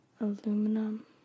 Aluminum